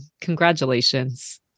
Congratulations